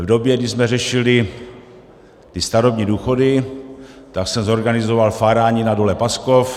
V době, kdy jsme řešili starobní důchody, jsem zorganizoval fárání na Dole Paskov.